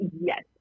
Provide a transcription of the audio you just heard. Yes